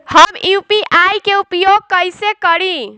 हम यू.पी.आई के उपयोग कइसे करी?